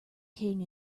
king